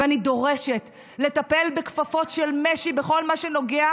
ואני דורשת לטפל בכפפות של משי בכל מה שנוגע